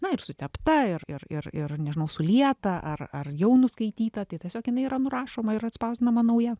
na ir sutepta ir ir ir nežinau sulieta ar ar jau nuskaityta tai tiesiog jinai yra nurašoma ir atspausdinama nauja